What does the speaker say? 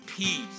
Peace